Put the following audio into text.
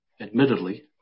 admittedly